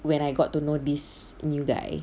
when I got to know this new guy